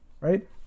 right